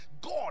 God